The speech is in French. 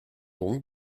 donc